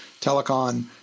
telecon